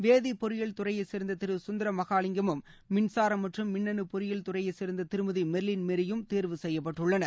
வேதி பொறியியல் துறையைச் சேர்ந்த திரு சுந்தரமகாலிங்கமும் மின்சாரம் மற்றும் மின்னனு பொறியியல் துறையைச் சே்ந்த திருமதி மெர்லின் மேரியும் தேர்வு செய்யப்பட்டுள்ளனர்